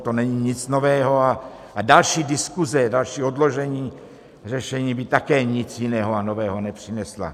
To není nic nového a další diskuze, další odložení řešení by také nic jiného a nového nepřineslo.